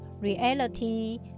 reality